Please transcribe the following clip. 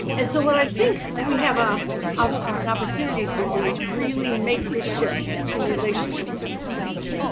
and so what i think we have ah ah an opportunity to do is really make the shift to relationship-centered schools.